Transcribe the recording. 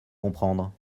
comprendre